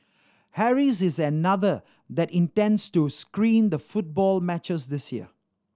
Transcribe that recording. Harry's is another that intends to screen the football matches this year